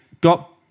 got